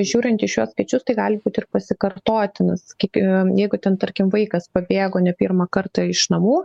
žiūrint į šiuos skaičius tai gali būti ir pasikartotinas kiek jeigu ten tarkim vaikas pabėgo ne pirmą kartą iš namų